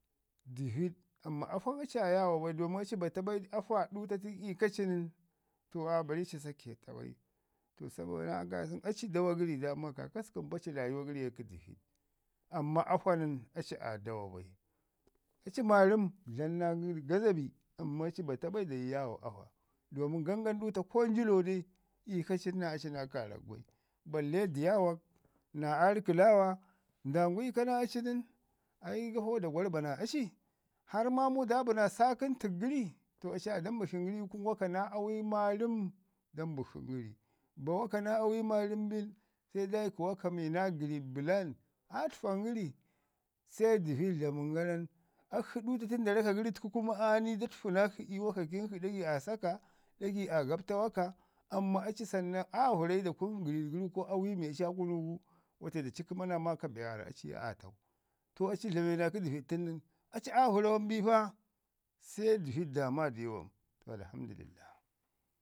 dəviɗ amman afa aci aa yaawo bai domin aci bata bai afa ɗuutatin ika ci nən to aa bari saketa bai. To sabo naa kaasən aci dama gəri daaman kaakasku mpa ci rayuwa kə dəviɗ amman afa nən aci aa dawa bai. Aci maarəm dlam naa gaza bi amman aci bata bai dayi yaawo afa domin gangam duuta ko njilo ne ika cin naa aci naa kaarak bai, balle diyawak, arikəlaawa, ndandu iko naa aci nən ai gafo dagwar bana arci harr maamau da bi naa sakaən tək gəri. To aci aya da mbashin gəri ii kunu waka naa awi maarəm da mbashin gəri. Ba waka naa awi maarəm bin se da iki waka mi naa gəriɗ bəlan, aa tə fan gəri se dəviɗ dlamən garan akshi duutatin nda raka gəri təku kuma aa ni da təfu nakshi ii wakakin shi ɗagai aa saka, ɗagai aa gabta waka amman aci sannan aa vərayi da kunu gəriɗ gəri ko awi mi aci aa kunu gu. Wate da kəma naa maaka be waarra aci aa tau. To aci dlame naa dəviɗ tən nən aci aa vəra wanu bi pa se dəviɗ daama dau wan. Alhamdulillah.